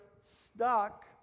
stuck